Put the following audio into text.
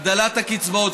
הגדלת הקצבאות.